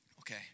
Okay